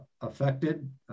affected